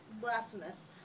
blasphemous